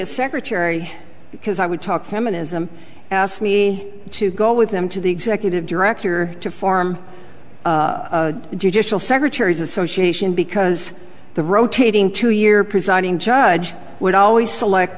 is secretary because i would talk feminism asked me to go with them to the executive director to form a judicial secretary's association because the rotating two year presiding judge would always select